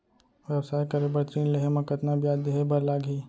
व्यवसाय करे बर ऋण लेहे म कतना ब्याज देहे बर लागही?